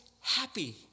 happy